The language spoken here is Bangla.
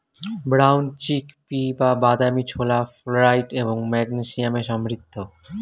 ব্রাউন চিক পি বা বাদামী ছোলা ফ্লোরাইড এবং ম্যাগনেসিয়ামে সমৃদ্ধ